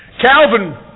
Calvin